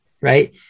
right